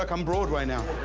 like i'm broadway now.